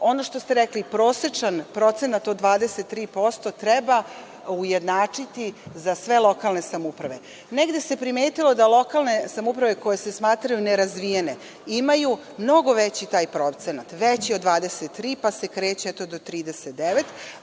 ono što ste rekli prosečan procenat od 23% treba ujednačiti za sve lokalne samouprave. Negde se primetilo da lokalne samouprave koje se smatraju nerazvijenim imaju mnogo veći procenat, veći od 23 pa se kreće do 39,